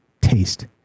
taste